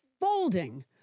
folding